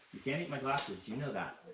can't eat my glasses. you know that.